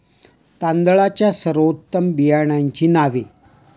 तांदळाच्या सर्वोत्तम बियाण्यांची नावे?